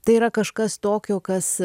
tai yra kažkas tokio kas